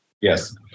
Yes